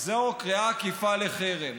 אז זו קריאה לחרם.